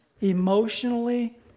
emotionally